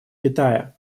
китая